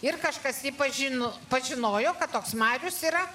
ir kažkas jį pažino pažinojo kad toks marius yra